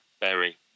berry